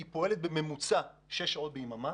היא פועלת בממוצע שש שעות ביממה.